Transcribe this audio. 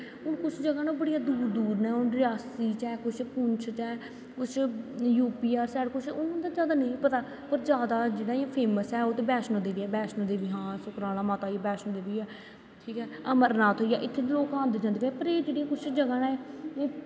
हून कुछ जगह न बड़ी दूर दूर न हून रियासी च ऐ कुछ पुंछ च ऐ कुछ जूपी सारा कुछ ते जैदा निं पता पर जैदा इ'यां फेमस ऐ ओह् ते बैष्णों देबी ऐ हां बैष्णों देबी हां सुकराला माता बैष्णों देबी ऐ ठीक ऐ अमरनाथ होई गेआ इत्थै लोग आंदे जंदे न पर एह् कुछ जगह न